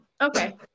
Okay